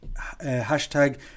hashtag